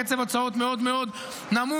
בקצב הוצאות מאוד מאוד נמוך,